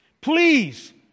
please